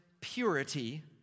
purity